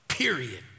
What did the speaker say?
Period